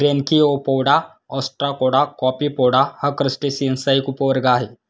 Branchiopoda, Ostracoda, Copepoda हा क्रस्टेसिअन्सचा एक उपवर्ग आहे